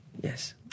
Yes